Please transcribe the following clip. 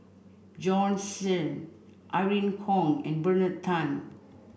Bjorn Shen Irene Khong and Bernard Tan